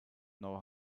know